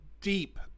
deep